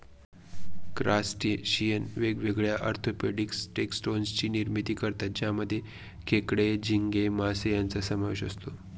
crustacean वेगवेगळ्या orthopaedic taxon ची निर्मिती करतात ज्यामध्ये खेकडे, झिंगे, मासे यांचा समावेश असतो